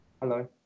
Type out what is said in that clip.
Hello